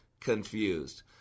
Confused